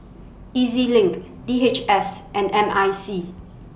E Z LINK D H S and M I C